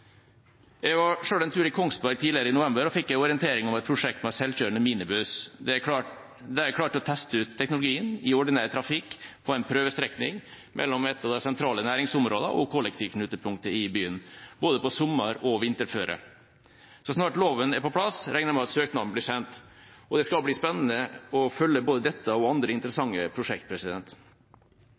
Jeg var selv en tur i Kongsberg tidligere i november og fikk en orientering om et prosjekt med selvkjørende minibuss. De har klart å teste ut teknologien i ordinær trafikk på en prøvestrekning mellom et av de sentrale næringsområdene og kollektivknutepunktet i byen, både på sommer- og vinterføre. Så snart loven er på plass, regner jeg med at søknaden blir sendt, og det skal bli spennende å følge både dette og andre interessante